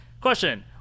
Question